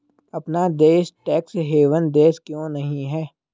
अपना देश tax haven देश क्यों नहीं है?